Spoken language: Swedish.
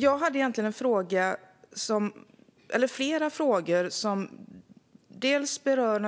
Jag hade egentligen flera frågor som berör